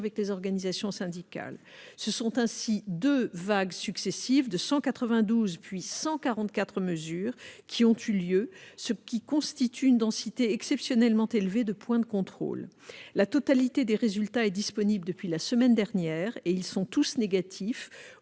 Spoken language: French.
avec les organisations syndicales. Ce sont ainsi deux vagues successives de 192, puis 144 mesures, qui ont eu lieu, ce qui constitue une densité exceptionnellement élevée de points de contrôle. La totalité des résultats est disponible depuis la semaine dernière et tous sont négatifs